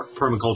permaculture